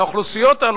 והאוכלוסיות האלה,